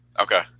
Okay